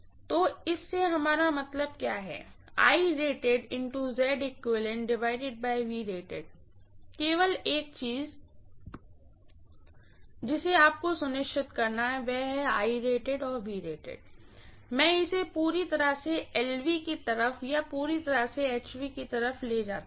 तो इससे हमारा मतलब क्या है केवल एक चीज जिसे आपको सुनिश्चित करना है कि वह और है मैं इसे पूरी तरह से LV की तरफ या पूरी तरह से HV की तरफ ले जाता हूं